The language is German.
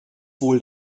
wohl